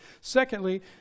Secondly